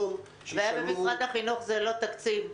הבעיה במשרד החינוך היא לא התקציב.